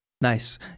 Nice